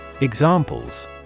Examples